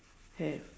have